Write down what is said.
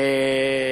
על גבול הגזענות.